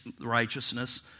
righteousness